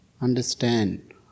understand